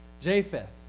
Japheth